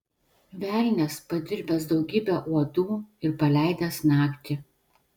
velnias padirbęs daugybę uodų ir paleidęs naktį